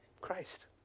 Christ